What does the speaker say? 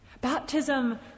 Baptism